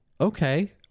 okay